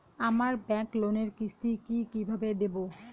আমার ব্যাংক লোনের কিস্তি কি কিভাবে দেবো?